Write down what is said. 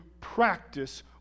practice